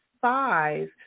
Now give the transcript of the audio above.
five